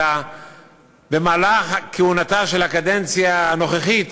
אלא במהלך כהונתה של הקדנציה הנוכחית,